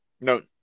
No